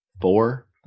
four